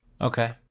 Okay